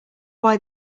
why